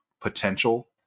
potential